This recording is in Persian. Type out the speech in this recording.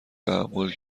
تحمل